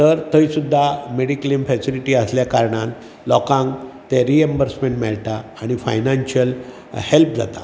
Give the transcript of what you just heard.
तर थंय सुद्दां मेडिक्लेम फेसिलिटी आसल्या कारणान लोकांक तें रिएंबर्समेंट मेळटा आनी फाइनायनशल हेल्प जाता